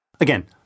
Again